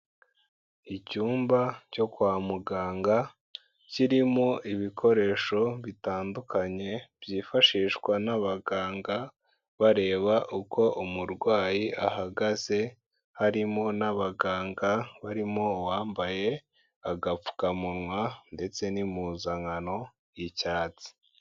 Icyumba cyo kwa muganga kirimo ibikoresho bitandukanye byifashishwa n'abaganga, bareba uko umurwayi ahagaze, harimo n'abaganga barimo uwambaye agapfukamunwa ndetse n'impuzankano y'icyatsi.